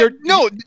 no